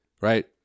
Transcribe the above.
right